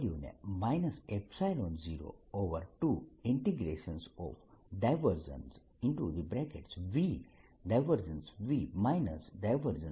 VV V2 અને તેથી આનો ઉપયોગ કરીને હું કાર્ય W ને 02